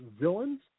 villains